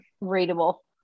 readable